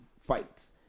fights